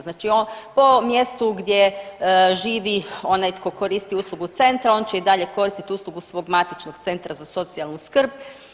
Znači po mjestu gdje živi onaj tko koristi uslugu centra on će i dalje koristiti uslugu svog matičnog centra za socijalnu skrb.